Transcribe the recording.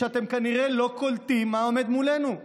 אתם כנראה לא קולטים מה עומד מולנו.